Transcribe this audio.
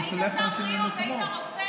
היית שר בריאות, היית רופא?